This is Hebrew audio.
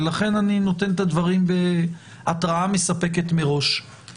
ולכן אני נותן את הדברים בהתראה מספקת מראש.